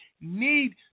need